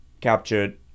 captured